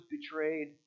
betrayed